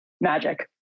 magic